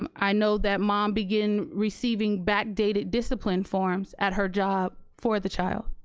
um i know that mom begin receiving back dated discipline forms at her job for the child.